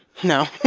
no,